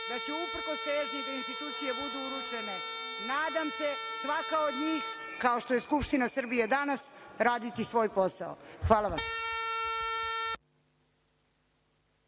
da će uprkos težnji da institucije budu urušene, nadam se, svaka od njih, kao što je Skupština Srbije danas, raditi svoj posao. Hvala vam.